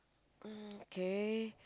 um kay